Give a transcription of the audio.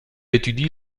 étudie